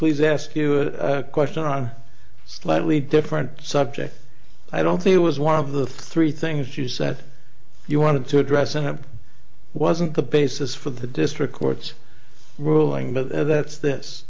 please ask you a question on a slightly different subject i don't think it was one of the three things you said you wanted to address and it wasn't the basis for the district court's ruling but that's th